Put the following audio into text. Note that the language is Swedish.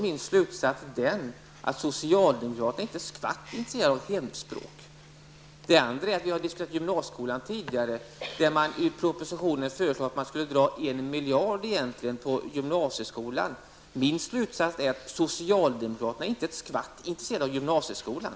Min slutsats är då att socialdemokraterna inte är ett skvatt intresserade av hemspråk. Vi har tidigare i dag diskuterat gymnasieskolan, där det i propositionen egentligen föreslagits att man skulle dra en miljard av anslagen till gymnasieskolan. Min slutsats är då att socialdemokraterna inte är ett skvatt intresserade av gymnasieskolan.